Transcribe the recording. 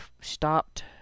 stopped